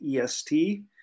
EST